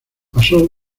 pasó